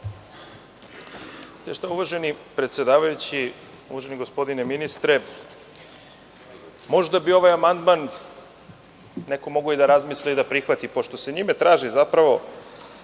Uvaženi predsedavajući, uvaženi gospodine ministre, možda bi ovaj amandman neko mogao i da razmisli i da prihvati, pošto se njime traži zapravo